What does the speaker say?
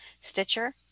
Stitcher